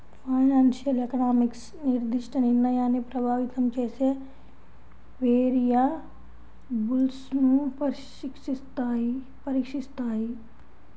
financial economics నిర్దిష్ట నిర్ణయాన్ని ప్రభావితం చేసే వేరియబుల్స్ను పరీక్షిస్తాయి